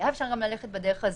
אפשר היה ללכת גם בדרך הזאת.